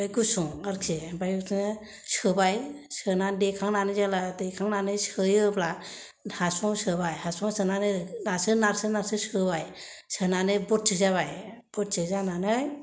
बे गुसुं आरोखि ओमफ्राय बिदिनो सोबाय सोनानै देखांनानै जेला देखांनानै जेला सोयो अब्ला हासुङाव सोबाय नारसो नारसो सोबाय सोनानै बरथिब जाबाय बरथिब जानानै